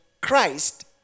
Christ